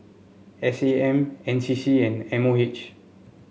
S A M N C C and M O H